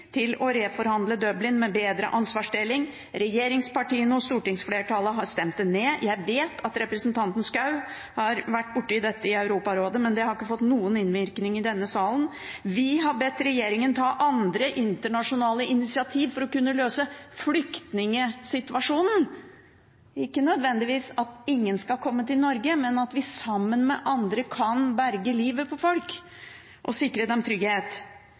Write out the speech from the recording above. til å reforhandle Dublin-avtalen og få en bedre ansvarsdeling. Regjeringspartiene og stortingsflertallet har stemt det ned. Jeg vet at representanten Schou har vært borti dette i Europarådet, men det har ikke fått noen innvirkning i denne salen. Vi har bedt regjeringen ta andre internasjonale initiativ for å kunne løse flyktningsituasjonen – ikke nødvendigvis at ingen skal komme til Norge, men at vi sammen med andre kan berge livet til folk og sikre dem trygghet.